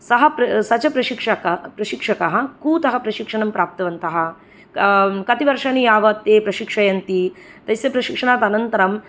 सः स च प्रशिक्षकः कूतः प्रशिक्षणं प्राप्तवन्तः कति वर्षाणि यावत् ते प्रशिक्षयन्ति तस्य प्रशिक्षणात् अनन्तरं